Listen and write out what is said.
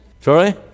Sorry